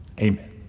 Amen